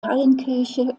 hallenkirche